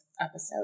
episode